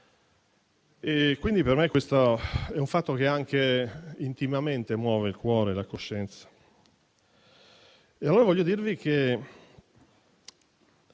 a chi devo. Per me questo è un fatto che anche intimamente muove il cuore e la coscienza. E allora voglio dirvi che